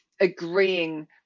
agreeing